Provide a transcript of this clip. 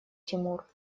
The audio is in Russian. тимур